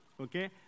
okay